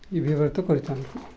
ବ୍ୟବହୃତ କରିଥାନ୍ତି